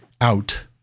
out